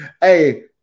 Hey